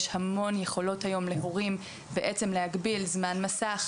היום יש הרבה יכולות להורים להגביל זמן מסך.